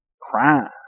crime